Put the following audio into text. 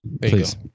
please